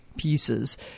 Pieces